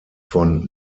von